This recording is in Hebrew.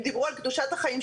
הם דיברו על קדושת החיים.